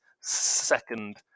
second